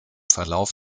verlauf